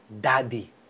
daddy